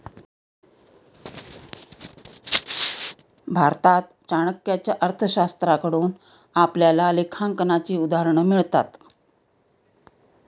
भारतात चाणक्याच्या अर्थशास्त्राकडून आपल्याला लेखांकनाची उदाहरणं मिळतात